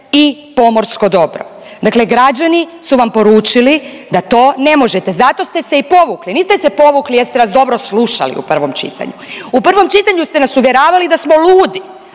i pomorsko dobro. Dakle građani su vam poručili da to ne možete, zato ste i povukli, niste se povukli jer ste nas dobro slušali u prvom čitanju. U prvom čitanju ste nas uvjeravali da smo ludi,